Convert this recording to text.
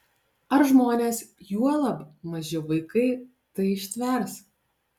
ar žmonės juolab maži vaikai tai ištvers